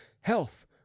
health